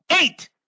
Eight